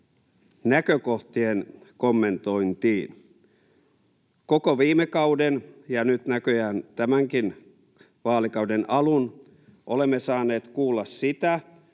näkökohtien kommentointiin. Koko viime kauden ja nyt näköjään tämänkin vaalikauden alun olemme saaneet kuulla siitä,